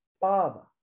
Father